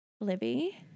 Libby